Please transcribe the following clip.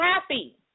happy